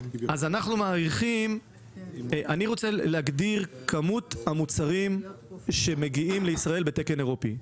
אני רוצה להגדיר את כמות המוצרים שמגיעים לישראל בתקן אירופי.